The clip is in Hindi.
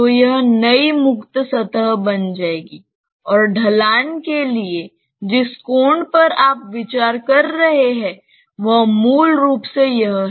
तो यह नई मुक्त सतह बन जाएगी और ढलान के लिए जिस कोण पर आप विचार कर रहे हैं वह मूल रूप से यह है